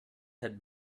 had